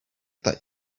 that